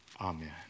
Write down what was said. Amen